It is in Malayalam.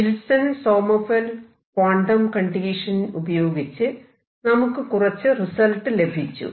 വിൽസൺ സോമർഫെൽഡ് ക്വാണ്ടം കണ്ടീഷൻ ഉപയോഗിച്ച് നമുക്ക് കുറച്ച് റിസൾട്ട് ലഭിച്ചു